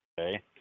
Okay